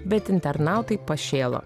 bet internautai pašėlo